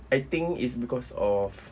I think it's because of